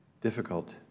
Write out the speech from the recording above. Difficult